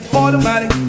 automatic